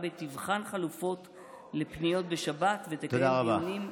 מכבי תבחן חלופות לפניות בשבת ותקיים דיונים,